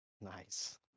Nice